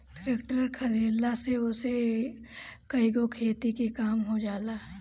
tractor खरीदला से ओसे कईगो खेती के काम हो जाला